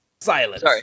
Silence